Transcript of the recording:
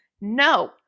No